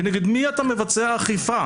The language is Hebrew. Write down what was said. כנגד מי אתה מבצע אכיפה?